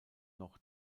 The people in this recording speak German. noch